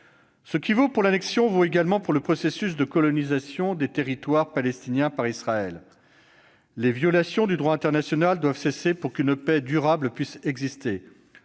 Ce qui vaut pour l'annexion vaut également pour le processus de colonisation des territoires palestiniens par Israël. Les violations du droit international doivent cesser pour qu'une paix durable puisse exister.